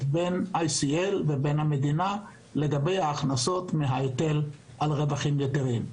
בין ICL ובין המדינה לגבי ההכנסות מההיטל על רווחים יתרים,